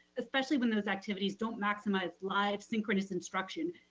especially when those activities don't maximize live synchronous instruction.